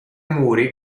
muri